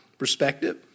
perspective